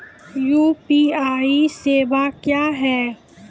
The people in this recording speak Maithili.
यु.पी.आई सेवा क्या हैं?